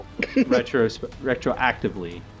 retroactively